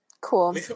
Cool